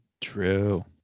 True